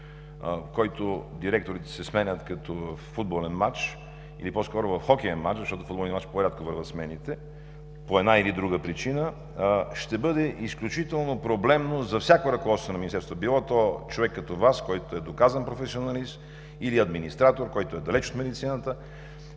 който директорите се сменят като във футболен мач, или по-скоро в хокеен мач, защото във футболния мач по-рядко вървят смените, по една или друга причина, ще бъде изключително проблемно за всяко ръководство на Министерството, било то човек като Вас, който е доказан професионалист, или администратор, който е далеч от медицината.